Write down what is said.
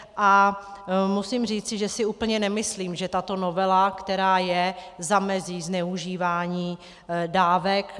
A musím říci, že si úplně nemyslím, že tato novela, která je, zamezí zneužívání dávek.